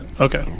Okay